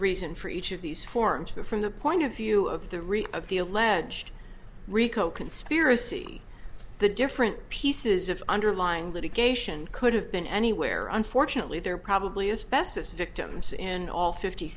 reason for each of these forms from the point of view of the reach of the alleged rico conspiracy the different pieces of underlying litigation could have been anywhere unfortunately they're probably as best as victims in all fifty